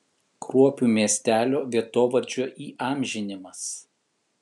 kruopių miestelio vietovardžio įamžinimas